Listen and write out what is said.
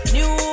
New